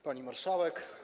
Pani Marszałek!